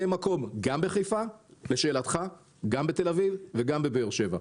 יהיה מקום גם בחיפה, גם בתל אביב וגם בבאר שבע.